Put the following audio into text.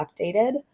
updated